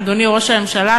אדוני ראש הממשלה,